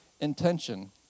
intention